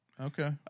Okay